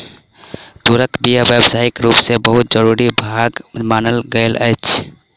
तूरक बीया व्यावसायिक रूप सॅ बहुत जरूरी भाग मानल गेल अछि